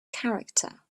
character